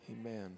Amen